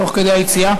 תוך כדי היציאה.